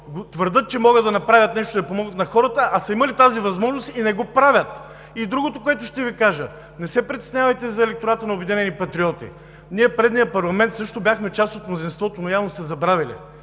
твърдят, че могат да направят нещо и да помогнат на хората, а са имали тази възможност, не го правят. И другото, което ще Ви кажа: не се притеснявайте за електората на „Обединени патриоти“! Ние в предния парламент също бяхме част от мнозинството, но явно сте забравили.